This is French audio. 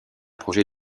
projet